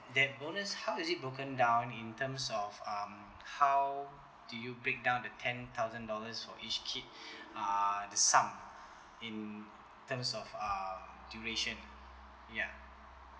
that bonus how is it broken down in terms of um how do you break down the ten thousand dollars for each kid uh the sum in terms of uh duration ya